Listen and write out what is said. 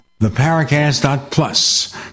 theparacast.plus